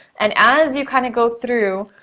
and as you kinda go through,